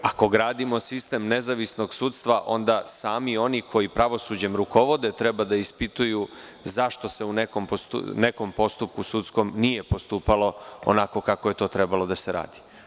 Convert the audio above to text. Ako gradimo sistem nezavisnog sudstva, onda smi oni koji pravosuđem rukovode treba da ispituju zašto se u nekom postupku sudskom, nije postupalo, onako kako je to trebalo da se radi.